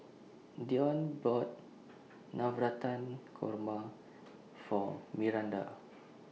Deon bought Navratan Korma For Myranda